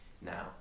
now